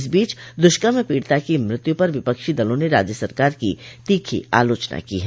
इस बीच दुष्कर्म पीड़िता की मृत्यु पर विपक्षी दलों ने राज्य सरकार की तीखी आलोचना की है